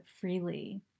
freely